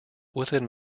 within